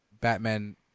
Batman